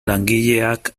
langileak